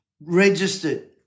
registered